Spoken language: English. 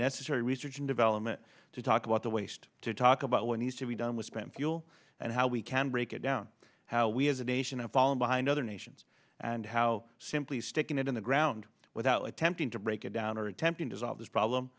necessary research and development to talk about the waste to talk about what needs to be done we spent fuel and how we can break it down how we as a nation have fallen behind other nations and how simply sticking it in the ground without attempting to break it down or attempting to solve this problem